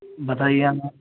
بتائیے آپ